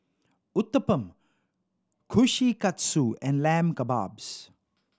Uthapam Kushikatsu and Lamb Kebabs